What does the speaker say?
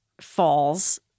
falls